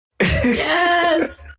Yes